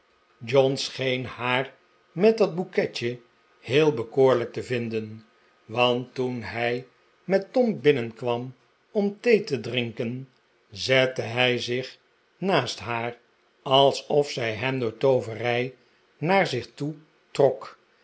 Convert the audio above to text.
scheen haar met dat bouquetje heel bekoorlijk te vinden want toen hij met tom binnenkwam om thee te drinken zette hij zich naast haar alsof zij hem door t ooverij naar zich toe trok